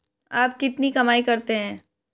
आप कितनी कमाई करते हैं?